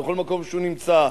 בכל מקום שהוא נמצא,